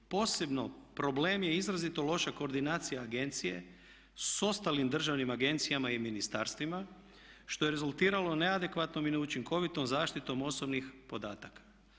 Posebno problem je izrazito loša koordinacija agencije sa ostalim državnim agencijama i ministarstvima što je rezultiralo neadekvatnom i neučinkovitom zaštitom osobnih podataka.